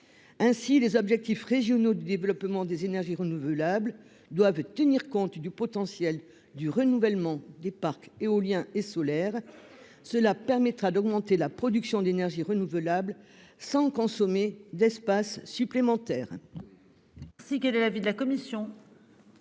Ainsi, les objectifs régionaux du développement des énergies renouvelables doivent tenir compte du potentiel du renouvellement des parcs éoliens et solaires. Cela permettra d'augmenter la production d'énergie renouvelable, sans consommer d'espace supplémentaire.